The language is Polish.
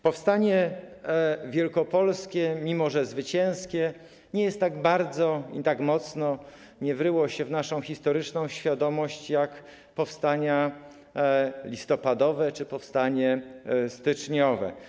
Powstanie wielkopolskie, mimo że zwycięskie, tak bardzo i tak mocno nie wryło się w naszą historyczną świadomość jak powstania listopadowe czy styczniowe.